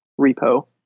repo